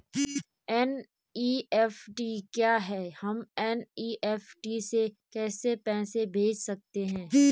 NEFT क्या है हम एन.ई.एफ.टी से कैसे पैसे भेज सकते हैं?